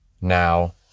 Now